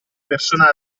persona